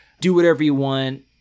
do-whatever-you-want